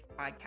Podcast